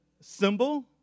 symbol